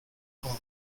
home